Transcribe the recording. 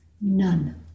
None